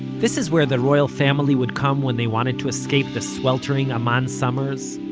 this is where the royal family would come when they wanted to escape the sweltering amman summers,